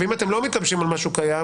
ואם אתם לא מתלבשים על משהו קיים,